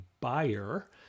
buyer